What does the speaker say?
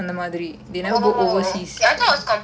oh okay I thought it was compulsory